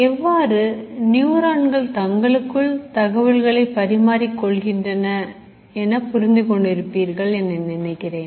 எவ்வாறு நியூரான்கள் தங்களுக்குள் தகவல்களைப் பரிமாறிக் கொள்கின்றன என புரிந்து கொண்டிருப்பீர்கள் என நினைக்கிறேன்